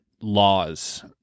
laws